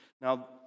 Now